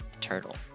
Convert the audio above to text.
turtle